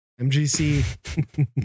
MGC